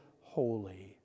holy